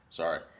sorry